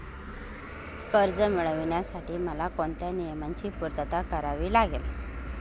कर्ज मिळविण्यासाठी मला कोणत्या नियमांची पूर्तता करावी लागेल?